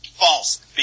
False